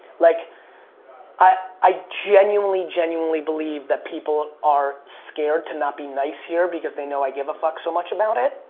like i i genuinely, genuinely believe that people are scared to not be nice here because they know i give a fuck so much about it,